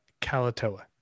Kalatoa